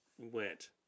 went